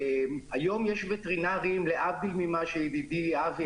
היום יש וטרינרים, להבדיל ממה שידידי אבי